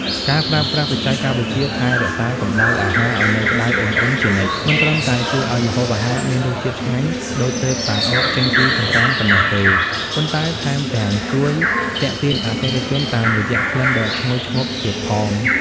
ការប្រើប្រាស់បច្ចេកវិទ្យាថែរក្សាកម្ដៅអាហារឱ្យនៅក្ដៅអ៊ុនៗជានិច្ច មិនត្រឹមតែជួយឱ្យម្ហូបអាហារមានរសជាតិឆ្ងាញ់ដូចទើបតែដកចេញពីចង្រ្កានប៉ុណ្ណោះទេ ប៉ុន្តែថែមទាំងជួយទាក់ទាញអតិថិជនតាមរយៈក្លិនដ៏ឈ្ងុយឈ្ងប់ទៀតផង។